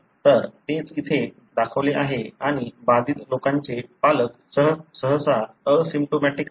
तर तेच इथे दाखवले आहे आणि बाधित लोकांचे पालक सहसा असिम्प्टोमॅटिक असतात